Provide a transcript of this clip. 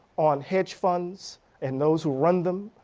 on hedge funds and those who run them,